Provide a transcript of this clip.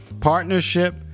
partnership